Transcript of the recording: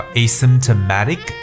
asymptomatic